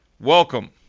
welcome